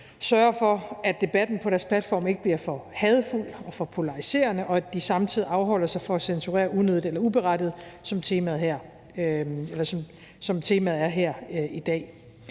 sørger for, at debatten på deres platforme ikke bliver for hadefuld og for polariserende, og at de samtidig afholder sig fra at censurere unødigt eller uberettiget, som er temaet her i dag.